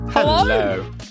Hello